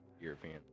European